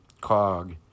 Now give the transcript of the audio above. cog